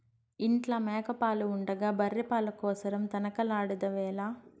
ఇంట్ల మేక పాలు ఉండగా బర్రె పాల కోసరం తనకలాడెదవేల